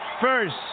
first